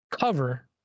cover